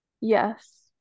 yes